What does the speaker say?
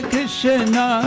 Krishna